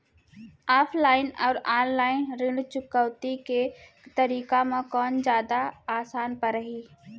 Offline अऊ online ऋण चुकौती के तरीका म कोन जादा आसान परही?